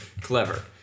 clever